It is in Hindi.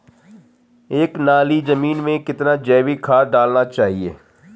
एक नाली जमीन में कितना जैविक खाद डालना चाहिए?